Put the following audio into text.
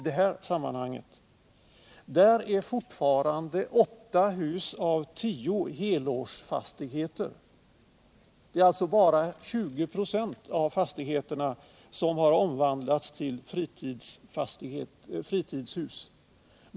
Där är fortfarande 8 hus av 10 helårsfastigheter — det är alltså bara 20 20 av fastigheterna som har omvandlats till fritidshus.